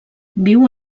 viu